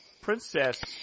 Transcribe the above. princess